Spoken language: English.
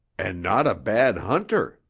and not a bad hunter!